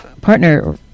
partner